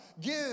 Give